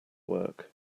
work